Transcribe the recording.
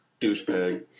douchebag